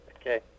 Okay